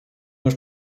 już